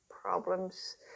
problems